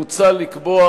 מוצע לקבוע,